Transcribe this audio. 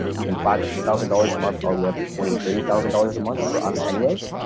even five thousand dollars a month all the way up to twenty thirty thousand dollars a month for us anyways,